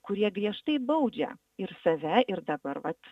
kurie griežtai baudžia ir save ir dabar vat